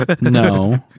No